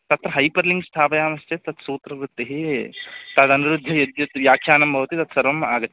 तत्र hyper link स्थापयामश्चेत् तत् सूत्रवृत्तिः तदनुरुध्य यद्यद् व्याख्यानं भवति तत्सर्वम् आगच्छाति